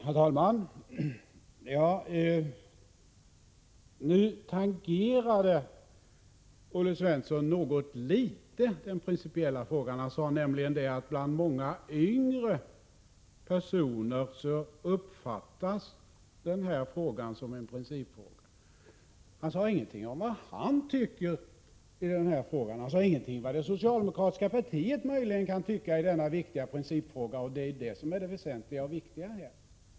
Herr talman! Nu tangerade Olle Svensson något litet den principiella frågan. Han sade nämligen att denna fråga bland många yngre personer uppfattas som en principfråga. Han sade ingenting om vad han tyckeri frågan och ingenting om vad det socialdemokratiska partiet möjligen kan tycka i denna viktiga principfråga, och det är det väsentliga i detta sammanhang.